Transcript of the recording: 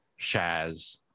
Shaz